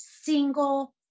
single